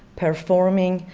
performing,